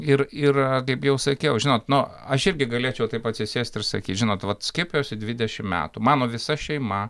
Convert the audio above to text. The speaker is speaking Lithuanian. ir ir kaip jau sakiau žinot nu aš irgi galėčiau taip atsisėst ir sakyt žinot vat skiepijausi dvidešimt metų mano visa šeima